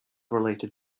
related